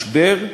משבר,